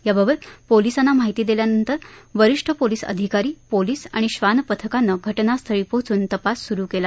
याबाबत पोलिसांना माहिती दिल्यानंतर वरिष्ठ पोलीस अधिकारी पोलीस आणि श्वान पथकानं घटनास्थळी पोहोचून तपास सुरु केला